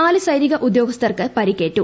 നാല് സൈനിക ഉദ്യോഗസ്ഥർക്ക് പരിക്കേറ്റു